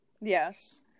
Yes